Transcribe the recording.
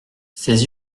ses